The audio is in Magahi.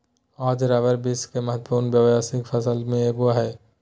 आज रबर विश्व के महत्वपूर्ण व्यावसायिक फसल में एगो हइ